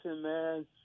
man